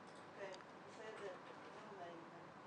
אני מתנצלת שוב בפני